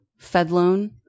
Fedloan